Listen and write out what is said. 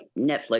Netflix